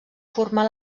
formar